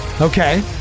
okay